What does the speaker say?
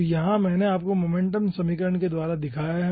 तो यहाँ मैंने आपको मोमेंटम समीकरण के द्वारा दिखाया हैं